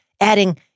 adding